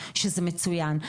שזה מצוין,